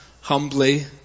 humbly